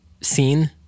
scene